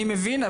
אני מבין.